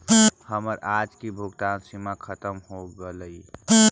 हमर आज की भुगतान सीमा खत्म हो गेलइ